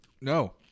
No